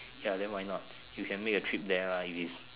ya then why not you can make a trip there ah if is